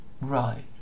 right